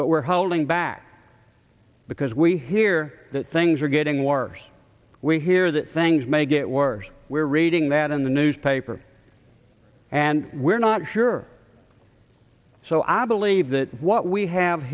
but we're holding back because we hear that things are getting worse we hear that things may get worse we're reading that in the newspaper and we're not sure so i believe that what we have